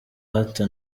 hato